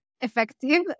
Effective